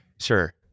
Sure